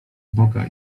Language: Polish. boga